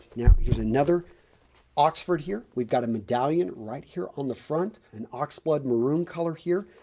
now, here's another oxford here. we've got a medallion right here on the front an oxblood maroon color here,